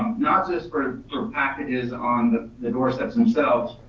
not just for for packages on the the doorsteps themselves,